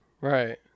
right